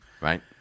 right